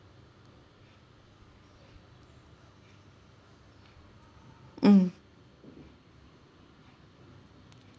mm